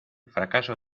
fracaso